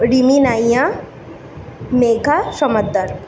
Rini Naiya Megha Sammadar